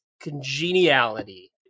Congeniality